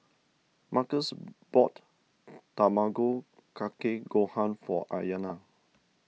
Markus bought Tamago Kake Gohan for Ayanna